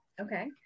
okay